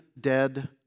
dead